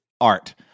art